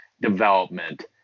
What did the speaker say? development